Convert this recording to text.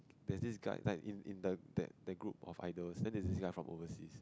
there this guy like in in the that group of idols then there's this guy from overseas